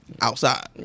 outside